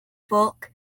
folk